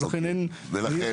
אוקיי, ולכן?